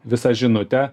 visą žinutę